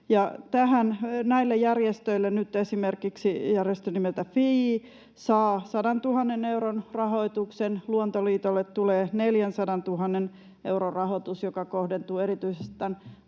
Näistä järjestöistä nyt esimerkiksi järjestö nimeltä FEE saa 100 000 euron rahoituksen, Luonto-Liitolle tulee 400 000 euron rahoitus, joka kohdentuu erityisesti